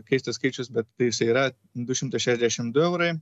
keistas skaičius bet jisai yra du šimtai šešdešim du eurai